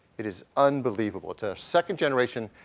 it is unbelievable. it's a second-generation,